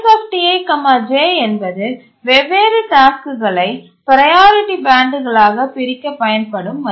BaseTij என்பது வெவ்வேறு டாஸ்க்குகளை ப்ரையாரிட்டி பேண்ட்களாக பிரிக்கப் பயன்படும் மதிப்பு